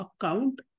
account